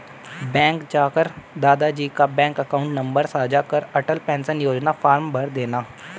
bank जाकर दादा जी का बैंक अकाउंट नंबर साझा कर अटल पेंशन योजना फॉर्म भरदेना